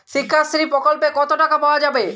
শিক্ষাশ্রী প্রকল্পে কতো টাকা পাওয়া যাবে?